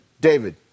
David